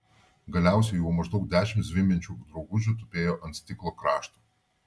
galiausiai jau maždaug dešimt zvimbiančių draugužių tupėjo ant stiklo krašto